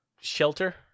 Shelter